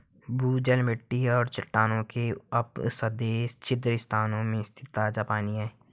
भूजल मिट्टी और चट्टानों के उपसतह छिद्र स्थान में स्थित ताजा पानी है